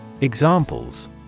Examples